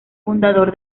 fundador